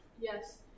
Yes